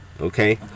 Okay